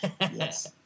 Yes